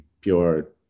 pure